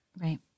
Right